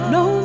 no